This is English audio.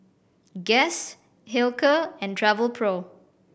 Guess Hilker and Travelpro